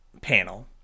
panel